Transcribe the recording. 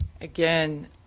Again